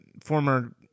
former